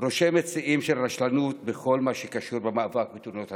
רושמת שיאים של רשלנות בכל מה שקשור במאבק בתאונות הדרכים.